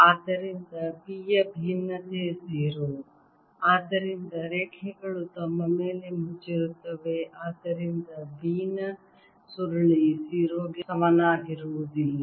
ಆದ್ದರಿಂದ B ಯ ಭಿನ್ನತೆ 0 ಆದ್ದರಿಂದ ರೇಖೆಗಳು ತಮ್ಮ ಮೇಲೆ ಮುಚ್ಚಿರುತ್ತವೆ ಆದ್ದರಿಂದ B ನ ಸುರುಳಿ 0 ಗೆ ಸಮನಾಗಿರುವುದಿಲ್ಲ